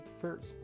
first